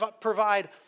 provide